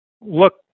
look